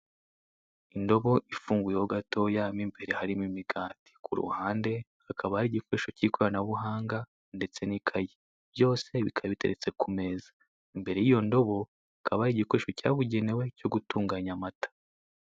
Indobo ifunguye ho gatoya mo imbere hari mo imigati, ku ruhande hakaba hari igikoresho k'ikoranabuhanga ndetse n'ikayi byose bika biteretse ku meza, imbere y'iyo ndobo hakaba hari igikoresho cyabunegewe cyo gutunganya amata.